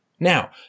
Now